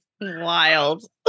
Wild